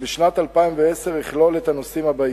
ובשנת 2010 יכלול את הנושאים הבאים: